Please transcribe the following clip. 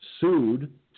sued